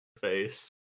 face